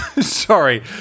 Sorry